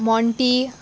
Monty